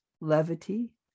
levity